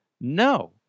no